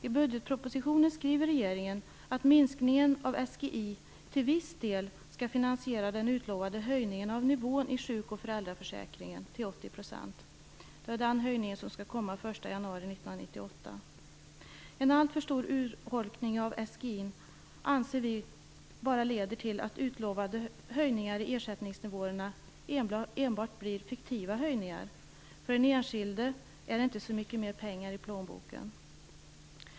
I budgetpropositionen skriver regeringen att minskningen av SGI till viss del skall finansiera den utlovade höjningen av nivån i sjuk och föräldraförsäkringen till 80 %- det är den höjning som skall ske den 1 januari 1998. En alltför stor urholkning av SGI leder till att de utlovade höjningarna i ersättningsnivåerna enbart blir fiktiva höjningar. För den enskilde handlar det inte om så mycket mer pengar i plånboken.